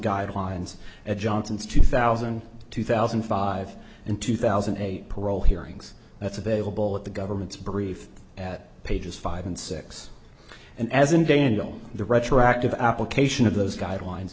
guidelines at johnson's two thousand two thousand and five and two thousand and eight parole hearings that's available at the government's brief at pages five and six and as in daniel the retroactive application of those guidelines